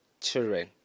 children